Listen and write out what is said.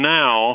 now